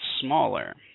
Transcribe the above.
smaller